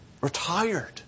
retired